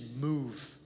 move